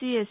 C S